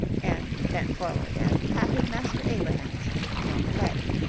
and bent forward and patted master abrahams on the head.